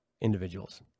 individuals